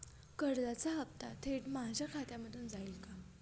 कर्जाचा हप्ता थेट माझ्या खात्यामधून जाईल का?